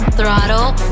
Throttle